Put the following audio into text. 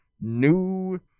new